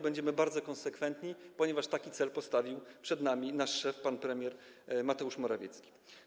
Będziemy bardzo konsekwentni, ponieważ taki cel postawił przed nami nasz szef pan premier Mateusz Morawiecki.